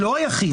לא היחיד,